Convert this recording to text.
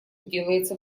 делается